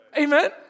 amen